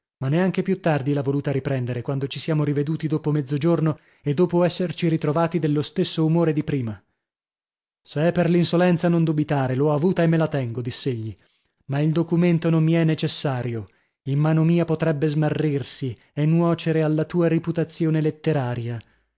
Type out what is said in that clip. ma neanche più tardi l'ha voluta riprendere quando ci siamo riveduti dopo mezzogiorno e dopo esserci ritrovati dello stesso umore di prima se è per l'insolenza non dubitare l'ho avuta e me la tengo diss'egli ma il documento non mi è necessario in mano mia potrebbe smarrirsi e nuocere alla tua riputazione letteraria